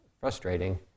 frustrating